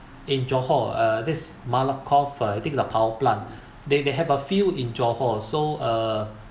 in johor uh this malakoff uh I think the power plant they they have a few in johor so uh